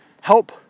help